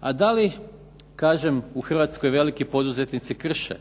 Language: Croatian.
A da li, kažem u Hrvatskoj veliki poduzetnici krše